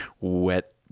wet